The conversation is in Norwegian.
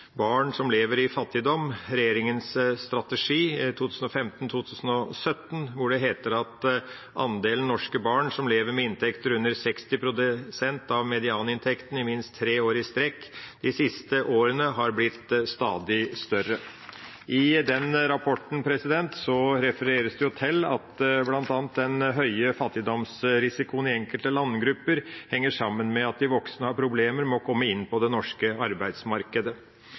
som lever i fattigdom. Regjeringens strategi », hvor det heter at «andelen norske barn som lever med inntekter under 60 prosent av medianinntekten i minst tre år i strekk» de siste årene har blitt stadig større. I den rapporten refereres det også bl.a. til: «Den høye fattigdomsrisikoen i enkelte landgrupper, henger igjen sammen med at de voksne har problemer med å komme inn på det norske arbeidsmarkedet.»